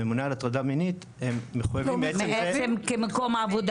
ממונה על הטרדה מינית -- אז זה כמקום העבודה,